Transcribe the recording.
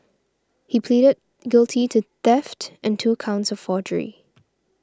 he pleaded guilty to theft and two counts of forgery